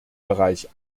bereich